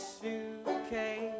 suitcase